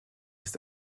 ist